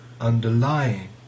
underlying